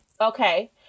okay